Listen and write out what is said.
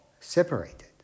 separated